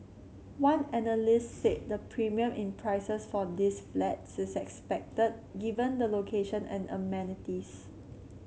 one analyst said the premium in prices for these flats is expected given the location and amenities